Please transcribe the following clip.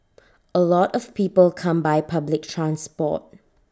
A lot of people come by public transport